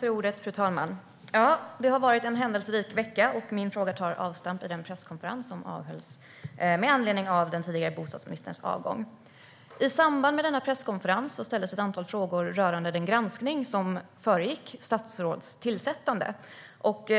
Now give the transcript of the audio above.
Fru talman! Det har varit en händelserik vecka, och min fråga tar avstamp i den presskonferens som avhölls med anledning av den tidigare bostadsministerns avgång. I samband med denna presskonferens ställdes ett antal frågor rörande den granskning som föregick statsråds tillsättande.